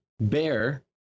Bear